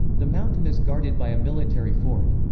the mountain is guarded by a military fort.